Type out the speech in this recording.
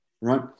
right